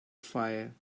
fire